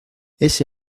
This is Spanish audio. ese